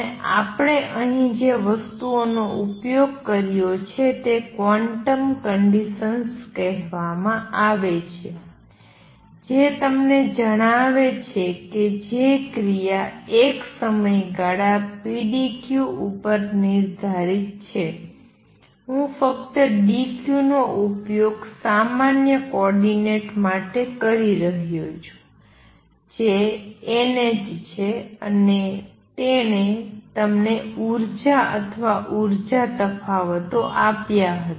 અને આપણે અહીં જે વસ્તુનો ઉપયોગ કર્યો છે તેને ક્વોન્ટમ કંડિસન્સ કહેવામાં આવે છે જે તમને જણાવે છે કે જે ક્રિયા એક સમયગાળા pdq ઉપર નિર્ધારિત છે હું ફક્ત dq નો ઉપયોગ સામાન્ય કોઓર્ડિનેટ માટે કરી રહ્યો છું જે nh છે અને તેણે તમને ઉર્જા અથવા ઉર્જા તફાવતો આપ્યા હતા